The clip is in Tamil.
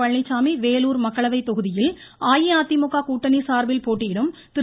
பழனிசாமி வேலூர் மக்களவை தொகுதியில் அஇஅதிமுக கூட்டணி சார்பில் போட்டியிடும் திரு